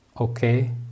okay